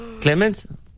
Clement